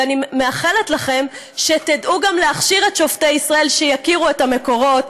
ואני מאחלת לכם שתדעו גם להכשיר את שופטי ישראל שיכירו את המקורות,